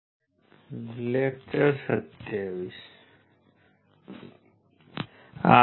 આપણે બે terminal element માટે સામાન્ય રીતે પાવર અને એનર્જી વ્યાખ્યાયિત કરી છે